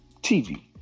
TV